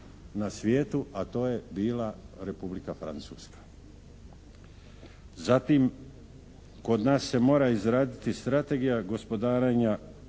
na svijetu, a to je bila Republika Francuska. Zatim kod nas se mora izraditi strategija gospodarenja